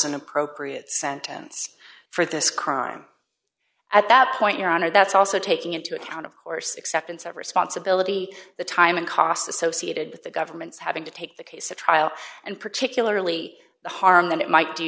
an appropriate sentence for this crime at that point your honor that's also taking into account of course acceptance of responsibility the time and costs associated with the government's having to take the case of trial and particularly the harm that it might do